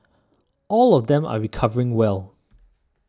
all of them are recovering well